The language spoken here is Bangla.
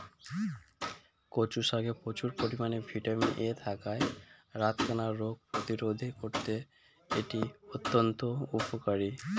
কচু শাকে প্রচুর পরিমাণে ভিটামিন এ থাকায় রাতকানা রোগ প্রতিরোধে করতে এটি অত্যন্ত উপকারী